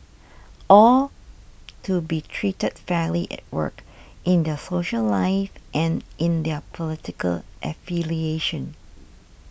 all to be treated fairly at work in their social life and in their political affiliations